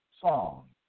song